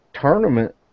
tournament